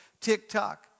TikTok